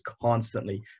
constantly